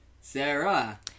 Sarah